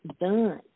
done